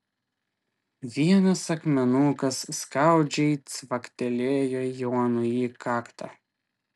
vienas akmenukas skaudžiai cvaktelėjo jonui į kaktą